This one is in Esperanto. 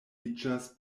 iĝas